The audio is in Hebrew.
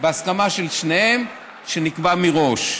בהסכמה של שניהם, שנקבעה מראש.